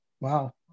Wow